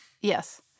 Yes